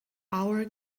hour